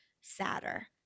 sadder